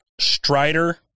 Strider